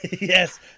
Yes